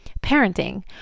parenting